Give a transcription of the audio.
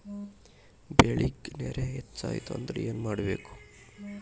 ಬೆಳೇಗ್ ನೇರ ಹೆಚ್ಚಾಯ್ತು ಅಂದ್ರೆ ಏನು ಮಾಡಬೇಕು?